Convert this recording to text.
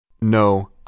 No